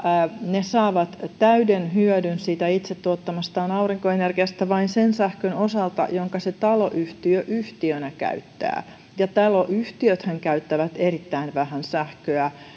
ne saavat täyden hyödyn siitä itse tuottamastaan aurinkoenergiasta vain sen sähkön osalta jonka se taloyhtiö yhtiönä käyttää ja taloyhtiöthän käyttävät erittäin vähän sähköä